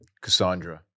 cassandra